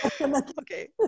Okay